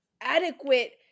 adequate